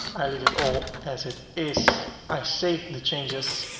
i leave it all as it is. i save the changes.